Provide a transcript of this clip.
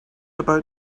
about